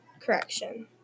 correction